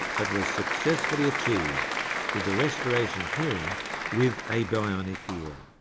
but was successfully achieved with the restoration of hearing with a bionic ear.